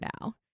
now